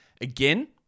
Again